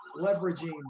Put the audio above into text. leveraging